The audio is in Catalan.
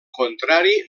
contrari